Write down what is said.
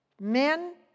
Men